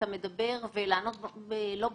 תוך